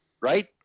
right